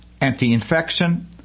anti-infection